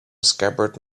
scabbard